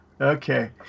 Okay